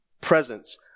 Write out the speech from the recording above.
presence